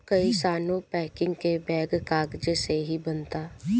कइसानो पैकिंग के बैग कागजे से ही बनता